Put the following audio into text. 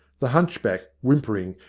the hunchback, whim pering,